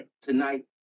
tonight